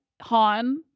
Han